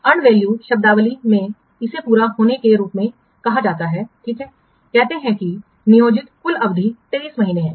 अर्जित मूल्य शब्दावली में इसे पूरा होने के रूप में कहा जाता है ठीक है कहते हैं कि नियोजित कुल अवधि 23 महीने है